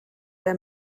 der